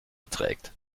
beträgt